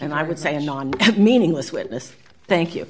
and i would say a meaningless witness thank you